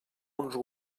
uns